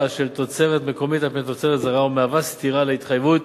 של תוצרת מקומית על-פני תוצרת זרה ומהווה סתירה להתחייבות